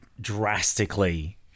drastically